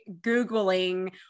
Googling